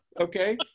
Okay